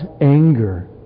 anger